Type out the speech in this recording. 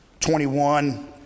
21